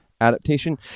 Adaptation